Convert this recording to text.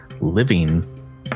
living